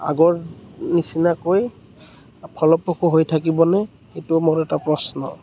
আগৰ নিচিনাকৈ ফলপ্ৰসু হৈ থাকিবনে এইটো মোৰ এটা প্ৰশ্ন